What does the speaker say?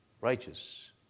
righteous